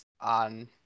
on